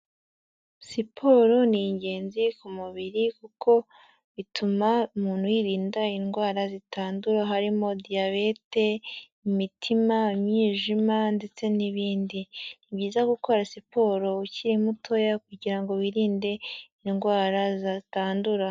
Siporo ni ingenzi ku mubiri kuko bituma umuntu yirinda indwara zitandura harimo diyabete, imitima, umwijima ndetse n'ibindi, ni byiza gukora siporo ukiri mutoya kugira ngo wirinde indwara zitandura.